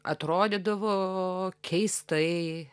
atrodydavo keistai